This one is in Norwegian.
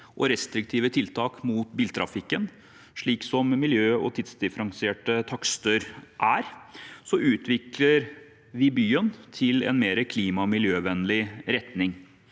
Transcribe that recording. og restriktive tiltak mot biltrafikken, slik som miljø- og tidsdifferensierte takster er, utvikler vi byene i en klima- og miljøvennlig retning.